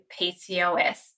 PCOS